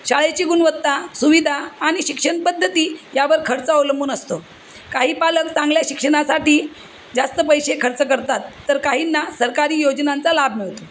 शाळेची गुणवत्ता सुविधा आणि शिक्षणपद्धती यावर खर्च अवलंबून असतो काही पालक चांगल्या शिक्षणासाठी जास्त पैसे खर्च करतात तर काहींना सरकारी योजनांचा लाभ मिळतो